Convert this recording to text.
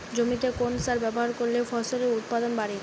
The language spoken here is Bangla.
জমিতে কোন সার ব্যবহার করলে ফসলের উৎপাদন বাড়ে?